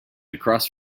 across